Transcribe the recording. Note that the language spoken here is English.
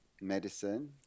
medicine